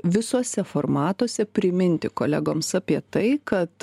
visuose formatuose priminti kolegoms apie tai kad